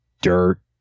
dirt